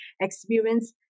experience